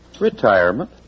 Retirement